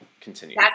continue